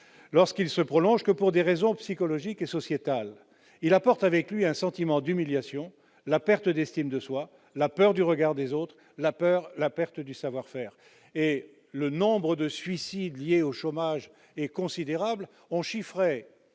lorsqu'il se prolonge que pour des raisons psychologiques et sociétales. Il induit un sentiment d'humiliation, la perte d'estime de soi, la peur du regard des autres, la perte des savoir-faire. Le nombre de suicides liés au chômage est considérable. Selon